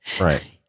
right